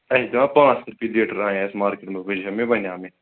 اَسہِ چھِ دِوان پانٛژھ ہتھ رۄپیہِ لیٖٹر اَنیٛاے اَسہِ مارکیٹ منٛز بٔلۍکہِ زن بناوٕ مےٚ